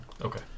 Okay